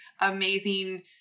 amazing